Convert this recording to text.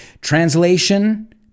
Translation